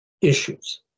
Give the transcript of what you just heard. issues